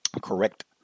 correct